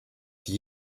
die